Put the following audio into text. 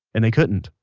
and they couldn't,